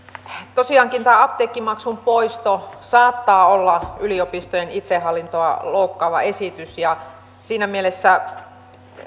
tosiaankin tämä apteekkimaksun poisto saattaa olla yliopistojen itsehallintoa loukkaava esitys ja siinä mielessä